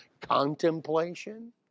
contemplation